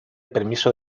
permiso